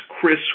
Chris